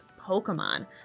Pokemon